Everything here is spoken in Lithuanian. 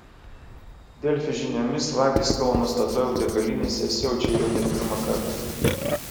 delfi žiniomis vagys kauno statoil degalinėse siaučia jau ne pirmą kartą